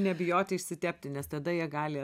nebijoti išsitepti nes tada jie gali